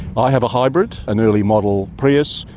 i have a hybrid, an early model prius.